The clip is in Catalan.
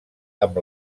amb